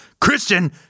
Christian